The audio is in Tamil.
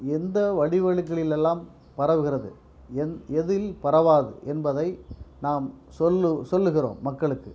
எந்த வடிவங்களிலெல்லாம் பரவுகிறது எந் எதில் பரவாது என்பதை நாம் சொல்லு சொல்லுகிறோம் மக்களுக்கு